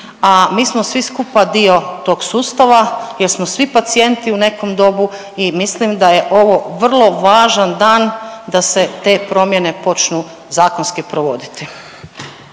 A mi smo svi skupa dio tog sustava jer smo svi pacijenti u nekom dobu i mislim da je ovo vrlo važan dan da se te promjene počnu zakonski provoditi.